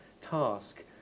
task